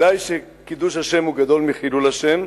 ודאי שקידוש השם גדול מחילול השם,